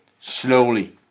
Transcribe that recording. slowly